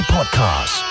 Podcast